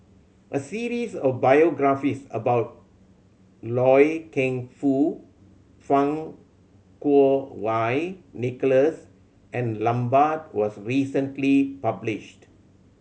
a series of biographies about Loy Keng Foo Fang Kuo Wei Nicholas and Lambert was recently published